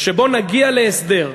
שבו נגיע להסדר,